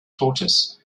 tortoise